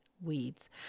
weeds